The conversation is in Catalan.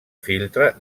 filtre